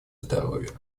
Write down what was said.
здоровье